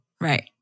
Right